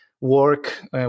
work